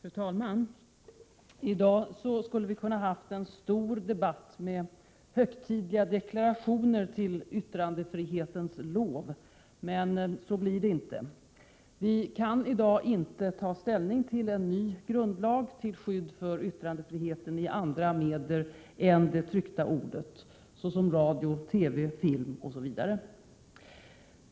Fru talman! I dag skulle vi ha kunnat föra en stor debatt med högtidliga deklarationer till yttrandefrihetens lov, men så blir det inte. Vi kan i dag inte ta ställning till en ny grundlag till skydd för yttrandefriheten i andra medier än det tryckta ordet, såsom radio, TV och film.